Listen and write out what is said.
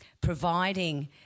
providing